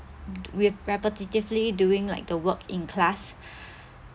mm with repetitively doing like the work in class